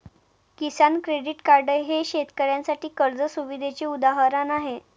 किसान credit card हे शेतकऱ्यांसाठी कर्ज सुविधेचे उदाहरण आहे